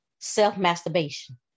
self-masturbation